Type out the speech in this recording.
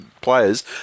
players